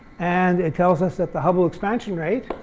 and it tells us that the hubble expansion rate,